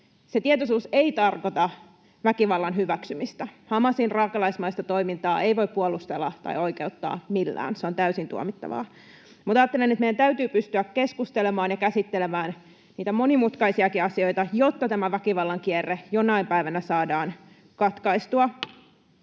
tietoisuus ei tarkoita väkivallan hyväksymistä. Hamasin raakalaismaista toimintaa ei voi puolustella tai oikeuttaa millään. Se on täysin tuomittavaa. Mutta ajattelen, että meidän täytyy pystyä keskustelemaan ja käsittelemään niitä monimutkaisiakin asioita, jotta tämä väkivallan kierre jonain päivänä saadaan katkaistua.